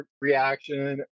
reaction